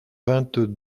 vingt